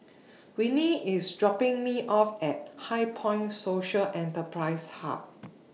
Winnie IS dropping Me off At HighPoint Social Enterprise Hub